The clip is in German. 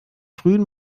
frühen